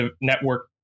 Network